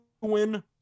win